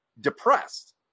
depressed